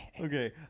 Okay